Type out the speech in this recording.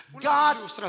God